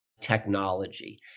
technology